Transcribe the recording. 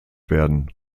werden